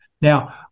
Now